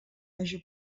haja